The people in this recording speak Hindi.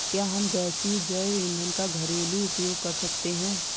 क्या हम गैसीय जैव ईंधन का घरेलू उपयोग कर सकते हैं?